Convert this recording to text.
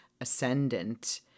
ascendant